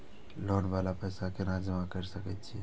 Loan वाला पैसा केना जमा कर सके छीये?